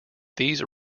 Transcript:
these